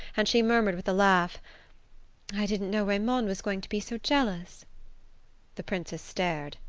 and she murmured with a laugh i didn't know raymond was going to be so jealous the princess stared.